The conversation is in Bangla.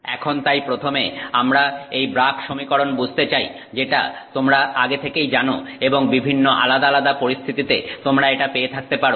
এখন তাই প্রথমে আমরা এই ব্রাগ সমীকরণ বুঝতে চাই যেটা তোমরা আগে থেকেই জানো এবং বিভিন্ন আলাদা আলাদা পরিস্থিতিতে তোমরা এটা পেয়ে থাকতে পারো